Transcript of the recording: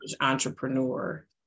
entrepreneur